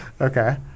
okay